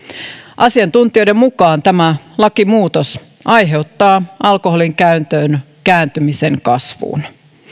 asiantuntijoiden mukaan tämä lakimuutos aiheuttaa alkoholinkäytön kääntymisen kasvuun